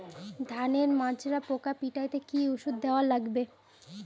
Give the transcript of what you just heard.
ধানের মাজরা পোকা পিটাইতে কি ওষুধ দেওয়া লাগবে?